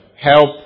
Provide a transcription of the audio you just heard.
Help